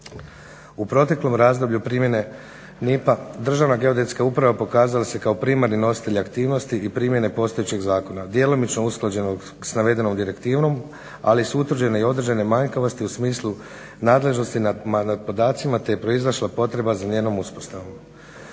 U proteklom razdoblju primjene NIP-a, Državna geodetska uprava pokazala se kao primarni nositelj aktivnosti i primjene postojećeg zakona djelomično usklađenog sa navedenom direktivom, ali su utvrđene i određene manjkavosti u smislu nadležnosti nad podacima te proizašla potreba za njenom uspostavom.